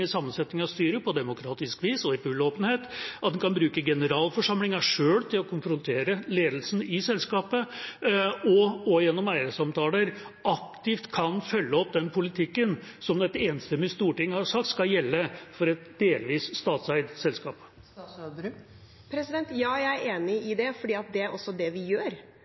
i sammensetning av styret, på demokratisk vis og i full åpenhet, at en kan bruke generalforsamlingen selv til å konfrontere ledelsen i selskapet, og at en også gjennom eiersamtaler aktivt kan følge opp den politikken som et enstemmig storting har sagt skal gjelde for et delvis statseid selskap? Ja, jeg er enig i det, for det er også det vi gjør.